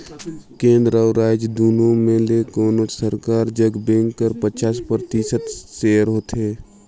केन्द्र अउ राएज दुनो में ले कोनोच सरकार जग बेंक कर पचास परतिसत सेयर होथे